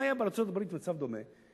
אם היה בארצות-הברית מצב דומה,